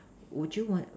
would you want